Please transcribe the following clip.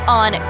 on